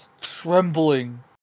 trembling